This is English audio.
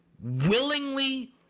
willingly